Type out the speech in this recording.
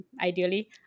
ideally